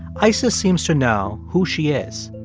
isis seems to know who she is.